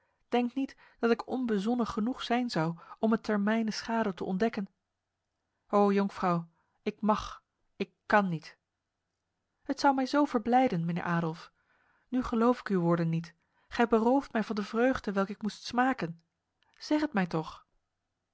denk niet dat ik onbezonnen genoeg zijn zou om het ter mijner schade te ontdekken o jonkvrouw ik mag ik kan niet het zou mij zo verblijden mijnheer adolf nu geloof ik uw woorden niet gij berooft mij van de vreugde welke ik moest smaken zeg het mij toch